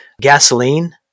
gasoline